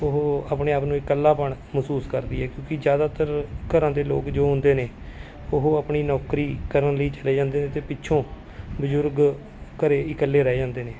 ਉਹ ਆਪਣੇ ਆਪ ਨੂੰ ਇਕੱਲਾਪਣ ਮਹਿਸੂਸ ਕਰਦੀ ਹੈ ਕਿਉਂਕਿ ਜ਼ਿਆਦਾਤਰ ਘਰਾਂ ਦੇ ਲੋਕ ਜੋ ਹੁੰਦੇ ਨੇ ਉਹ ਆਪਣੀ ਨੌਕਰੀ ਕਰਨ ਲਈ ਚਲੇ ਜਾਂਦੇ ਨੇ ਅਤੇ ਪਿੱਛੋਂ ਬਜ਼ੁਰਗ ਘਰ ਇਕੱਲੇ ਰਹਿ ਜਾਂਦੇ ਨੇ